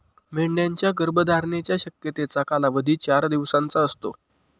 मेंढ्यांच्या गर्भधारणेच्या शक्यतेचा कालावधी चार दिवसांचा असतो